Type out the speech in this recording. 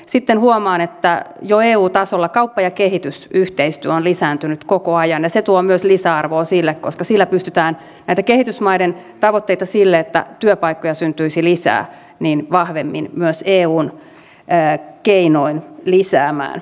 sitten huomaan että jo eu tasolla kauppa ja kehitysyhteistyö on lisääntynyt koko ajan ja se tuo myös lisäarvoa sille koska sillä pystytään näitä kehitysmaiden tavoitteita että työpaikkoja syntyisi lisää vahvemmin myös eun keinoin lisäämään